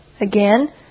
Again